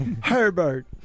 Herbert